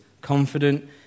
confident